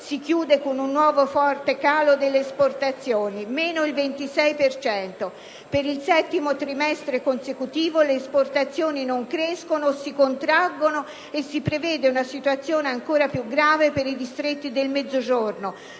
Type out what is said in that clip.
si chiude con un nuovo forte calo delle esportazioni (meno 26 per cento); per il settimo trimestre consecutivo le esportazioni non crescono o si contraggono e si prevede una situazione ancora più grave per i distretti del Mezzogiorno,